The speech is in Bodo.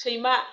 सैमा